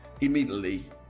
immediately